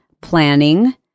planning